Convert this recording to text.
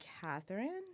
Catherine